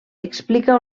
explica